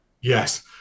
Yes